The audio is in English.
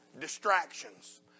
distractions